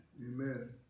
Amen